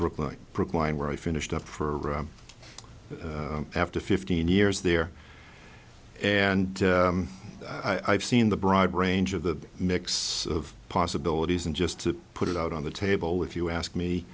brooklyn brookline where i finished up for after fifteen years there and i've seen the broad range of the mix of possibilities and just to put it out on the table with you ask me